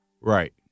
Right